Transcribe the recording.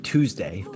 Tuesday